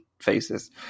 faces